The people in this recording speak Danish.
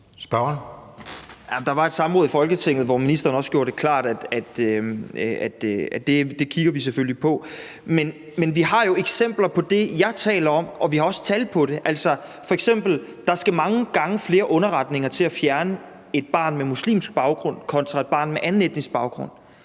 Der var et samråd i Folketinget, hvor ministeren også gjorde klart, at det kigger vi selvfølgelig på. Men vi har jo eksempler på det, jeg taler om, og vi har også tal på det. Der skal f.eks. mange gange flere underretninger til at fjerne et barn med muslimsk baggrund kontra et barn med en anden etnisk baggrund.